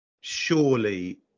surely